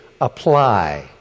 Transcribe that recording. apply